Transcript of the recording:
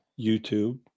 YouTube